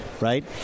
right